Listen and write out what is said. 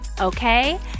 Okay